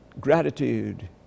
Gratitude